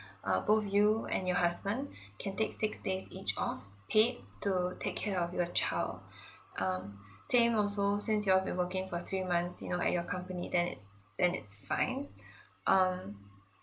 uh both you and your husband can take six days each off paid to take care of your child um same also since y'all been working for three months you know at your company then it's then it's fine um